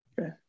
Okay